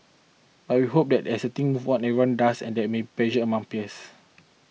I will hope that as things move on and everyone does and there may pressure among peers